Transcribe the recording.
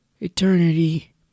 Eternity